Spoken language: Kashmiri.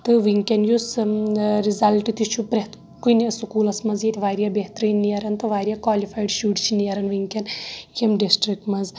تہٕ ؤنٛۍکیٚن یُس رِزلٹ تہِ چھُ پرٛیٚتھ کُنہِ سکوٗلَس منٛز ییٚتہِ واریاہ بہتریٖن نیٚران تہٕ واریاہ کولِفایڈ شُرۍ چھِ نیٚرن ؤنٛۍکیٚن ییٚمہِ ڈسٹرک منٛز